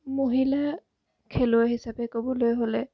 মহিলা খেলুৱৈ হিচাপে ক'বলৈ হ'লে